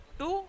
two